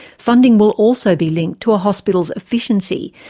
funding will also be linked to a hospital's efficiency,